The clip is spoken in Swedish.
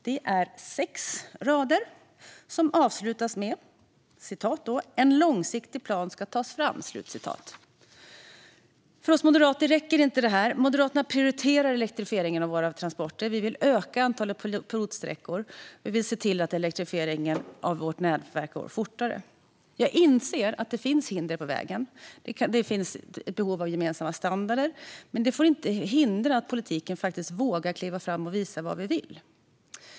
Det är sex rader, som avslutas med: "En långsiktig plan . ska tas fram." För oss moderater räcker inte detta. Moderaterna prioriterar elektrifieringen av våra transporter. Vi vill öka antalet provsträckor, och vi vill se till att elektrifieringen av vårt nätverk går fortare. Jag inser att det finns hinder på vägen. Det finns behov av gemensamma standarder. Men det får inte hindra politiken från att våga kliva fram och visa vad vi vill.